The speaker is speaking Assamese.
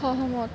সহমত